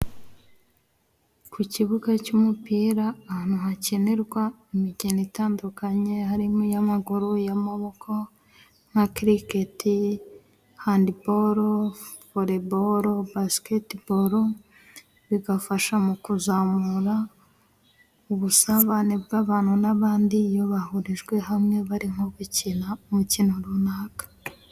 Ku kibuga cy'umupira ahantu hakinirwa imikino itandukanye. Harimo iy'amaguru, iy'amaboko nka kiriketi handiboro, voreboro, basiketiboro, bigafasha mu kuzamura ubusabane bw'abantu n'abandi, iyo bahurijwe hamwe barimo gukina umukino runaka.